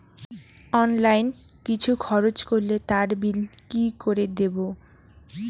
Online কিছু খরচ করলে তার বিল কি করে দেবো?